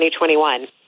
2021